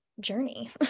journey